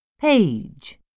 Page